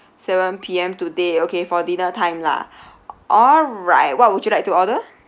seven P_M today okay for dinner time lah alright what would you like to order